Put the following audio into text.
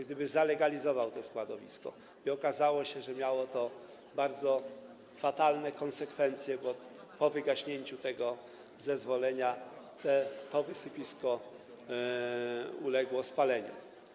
Gdy zalegalizował to składowisko, okazało się, że miało to bardzo fatalne konsekwencje, bo po wygaśnięciu tego zezwolenia to wysypisko uległo spaleniu.